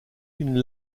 une